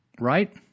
right